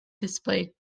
displayed